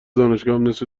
دانشگاهم، نصف